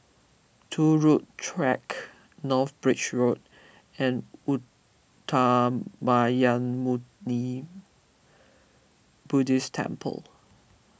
Turut Track North Bridge Road and Uttamayanmuni Buddhist Temple